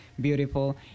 beautiful